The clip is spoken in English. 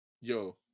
Yo